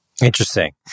Interesting